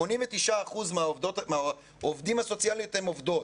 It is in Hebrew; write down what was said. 89% מהעובדים הסוציאליים הם עובדות.